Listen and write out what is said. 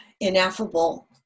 ineffable